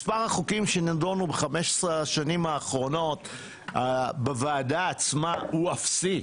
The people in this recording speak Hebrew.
מספר החוקים שנדונו ב-15 השנים האחרונות בוועדה עצמה הוא אפסי,